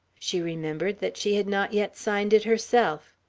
she remembered that she had not yet signed it herself.